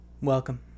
welcome